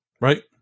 Right